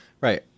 Right